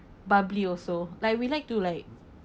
bubbly also like we like to like